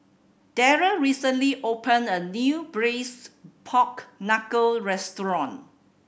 Darryll recently opened a new Braised Pork Knuckle restaurant